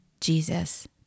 Jesus